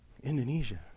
Indonesia